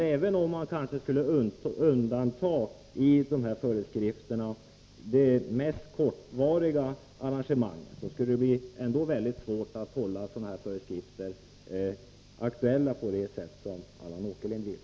Även om man skulle undanta de mest kortvariga arrangemangen, skulle det ändå bli oerhört svårt att hålla föreskrifterna aktuella på det sätt som Allan Åkerlind vill.